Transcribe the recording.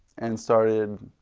and started